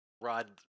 Rod